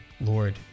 Lord